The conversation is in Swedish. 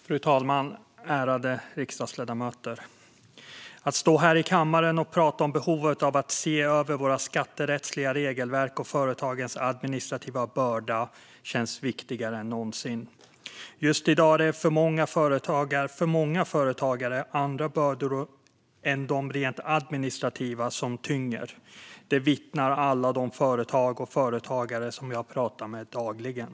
Fru talman, ärade riksdagsledamöter! Att stå här i kammaren och prata om behovet av att se över våra skatterättsliga regelverk och företagens administrativa börda känns viktigare än någonsin. Just i dag är det för många företagare andra bördor än de rent administrativa som tynger. Det vittnar alla de företag och de företagare om som jag pratar med dagligen.